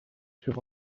sur